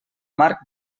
marc